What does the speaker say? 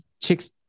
Chicks